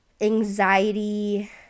anxiety